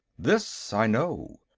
this i know.